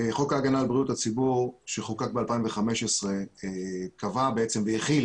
חוק ההגנה על בריאות הציבור שחוקק ב-2015 קבע בעצם והחיל